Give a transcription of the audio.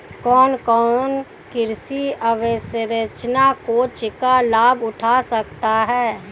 कौन कौन कृषि अवसरंचना कोष का लाभ उठा सकता है?